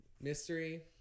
Mystery